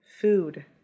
Food